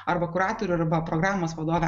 arba kuratorių arba programos vadovę